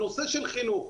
נושא של חינוך.